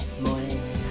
Morning